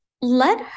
let